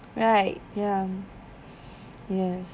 right ya yes